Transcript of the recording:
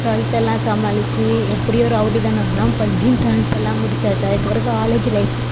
twelfth எல்லாம் சமாளித்து எப்படியோ ரவுடி தனமெல்லாம் பண்ணி ட்வெல்த் எல்லாம் முடிச்சாச்சு அதுக்குப்பெறகு காலேஜ்ஜி லைஃப்பு